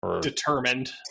determined